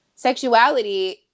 Sexuality